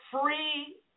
free